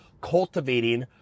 cultivating